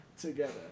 together